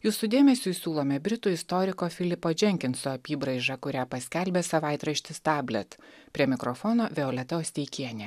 jūsų dėmesiui siūlome britų istoriko filipo dženkinso apybraižą kurią paskelbė savaitraštis tablet prie mikrofono violeta osteikienė